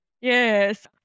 Yes